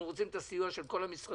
אנחנו רוצים את הסיוע של כל המשרדים,